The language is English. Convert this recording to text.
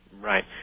Right